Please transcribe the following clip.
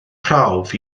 prawf